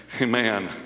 amen